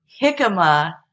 jicama